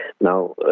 Now